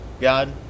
God